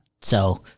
So-